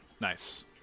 Nice